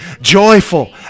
joyful